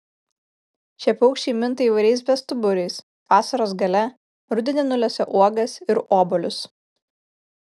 šie paukščiai minta įvairiais bestuburiais vasaros gale rudenį nulesa uogas ir obuolius